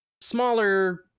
smaller